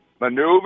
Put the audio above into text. Maneuver